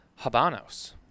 Habanos